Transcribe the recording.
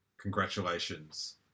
congratulations